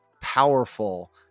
powerful